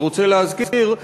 אני רוצה להזכיר,